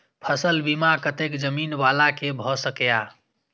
फसल बीमा कतेक जमीन वाला के भ सकेया?